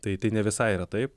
tai tai ne visai yra taip